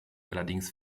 allerdings